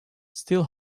still